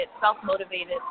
self-motivated